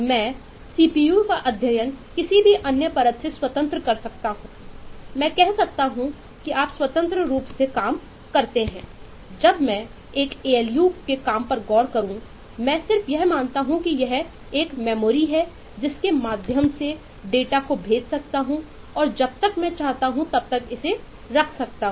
मैं सीपीयू है जिसके माध्यम से मैं डेटा को भेज सकता हूं और जब तक मैं चाहता हूं तब तक इसे रख सकता हूं